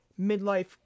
midlife